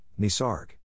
Nisarg